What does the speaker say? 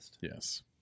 yes